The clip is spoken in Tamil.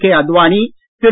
கே அத்வானி திரு